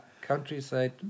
countryside